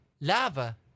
Lava